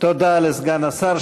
תודה לסגן השר.